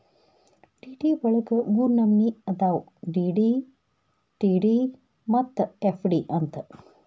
DD ವಳಗ ಮೂರ್ನಮ್ನಿ ಅದಾವು ಡಿ.ಡಿ, ಟಿ.ಡಿ ಮತ್ತ ಎಫ್.ಡಿ ಅಂತ್